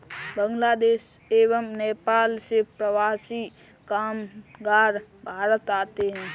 बांग्लादेश एवं नेपाल से प्रवासी कामगार भारत आते हैं